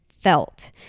felt